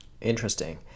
Interesting